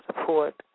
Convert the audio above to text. support